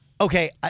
Okay